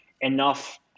enough